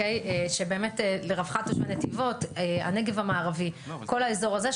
באמת לרווחת תושבי נתיבות והנגב המערבי כל האזור הזה,